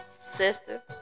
sister